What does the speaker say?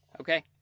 Okay